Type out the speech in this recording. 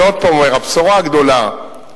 אני עוד פעם אומר, הבשורה הגדולה היא